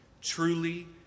truly